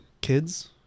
kids